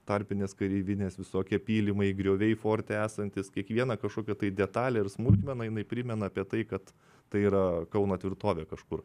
tarpinės kareivinės visokie pylimai grioviai forte esantys kiekviena kažkokia detalė ir smulkmena jinai primena apie tai kad tai yra kauno tvirtovė kažkur